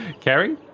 Carrie